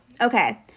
okay